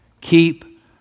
Keep